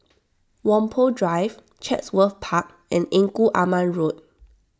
Whampoa Drive Chatsworth Park and Engku Aman Road